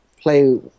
play